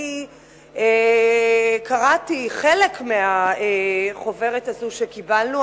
אני קראתי חלק מהחוברת הזו שקיבלנו,